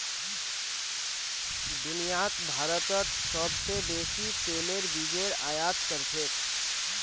दुनियात भारतत सोबसे बेसी तेलेर बीजेर आयत कर छेक